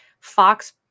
fox